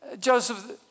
Joseph